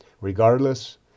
Regardless